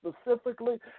specifically